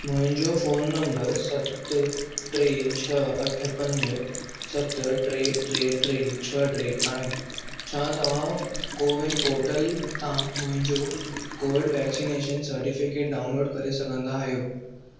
मुंहिंजो phone number सत टे छह अठ पंज सत टे टे टे छह टे आहे छा तव्हां कोविन पोर्टल तां मुंहिंजो कोविड वैक्सिनेशन सर्टिफिकेट डाउनलोड करे सघंदा आहियो